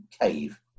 cave